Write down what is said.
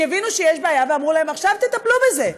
כי הבינו שיש בעיה ואמרו להן: עכשיו תטפלו בזה.